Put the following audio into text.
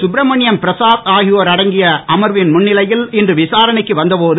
சுப்ரமணிய பிரசாத் ஆகியோர் அடங்கிய அமர்வின் முன்னிலையில் இன்று விசாரணைக்கு வந்தபோது